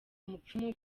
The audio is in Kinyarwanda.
mupfumu